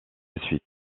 suite